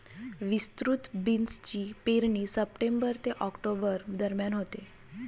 विस्तृत बीन्सची पेरणी सप्टेंबर ते ऑक्टोबर दरम्यान होते